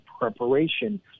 preparation